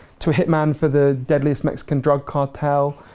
to a hitman for the deadliest mexican drug cartel,